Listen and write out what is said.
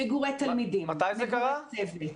מגורי תלמידים, מגורי צוות,